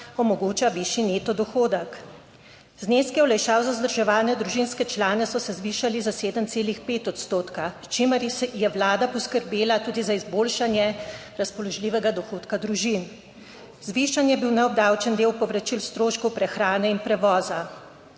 omogoča višji neto dohodek. Zneski olajšav za vzdrževane družinske člane so se zvišali za 7,5 odstotka, s čimer je vlada poskrbela tudi za izboljšanje razpoložljivega dohodka družin. Zvišan je bil neobdavčen del povračil stroškov prehrane in prevoza.